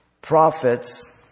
Prophets